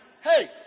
Hey